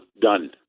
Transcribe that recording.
done